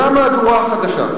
זו המהדורה החדשה.